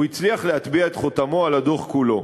הוא הצליח להטביע את חותמו על הדוח כולו.